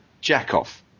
jack-off